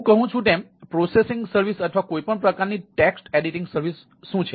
હું કહું છું તેમ પ્રોસેસિંગ સર્વિસ અથવા કોઈ પણ પ્રકારની ટેક્સ્ટ એડિટિંગ સર્વિસ શું છે